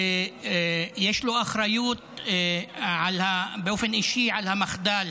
שיש לו אחריות באופן אישי על המחדל